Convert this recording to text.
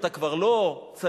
אתה כבר לא צעיר,